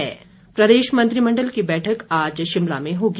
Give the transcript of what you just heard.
cabinet प्रदेश मंत्रिमंडल की बैठक आज शिमला में होगी